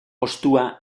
postua